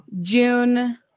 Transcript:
June